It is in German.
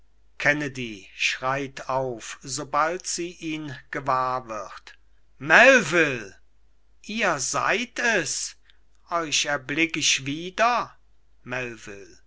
kennedy schreit auf sobald sie ihn gewahr wird melvil ihr seid es euch erblick ich wieder